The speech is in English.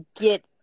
get